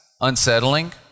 unsettling